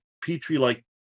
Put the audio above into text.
petri-like